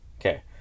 okay